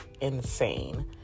insane